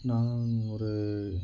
நான் ஒரு